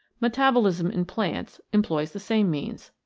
metabolism in plants employs the same means.